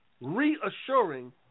Reassuring